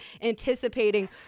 anticipating